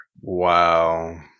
Wow